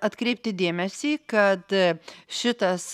atkreipti dėmesį kad šitas